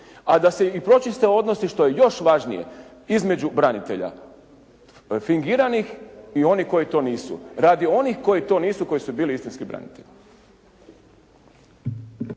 A da se i počiste odnosi što je još važnije između branitelja fingiranih i onih koji to nisu radi onih koji to nisu, koji su bili istinski branitelji.